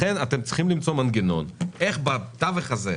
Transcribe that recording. לכן אתם צריכים למצוא מנגנון איך בתווך הזה,